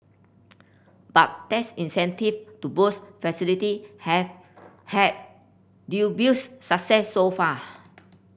but tax incentive to boost facility have had dubious success so far